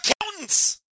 accountants